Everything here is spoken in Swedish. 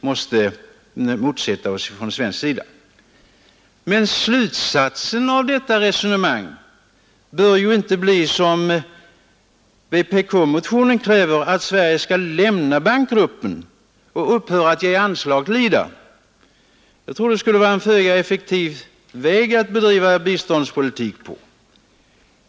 Men slutsatsen av detta resonemang bör inte bli, som vpk-motionen kräver, att Sverige skall lämna Bankgruppen och upphöra att ge anslag till IDA. Jag tror att det skulle vara ett föga effektivt sätt att bedriva biståndspolitik.